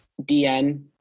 DM